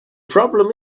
problem